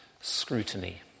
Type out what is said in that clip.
scrutiny